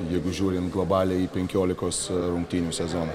jeigu žiūrint globaliai į penkiolikos rungtynių sezoną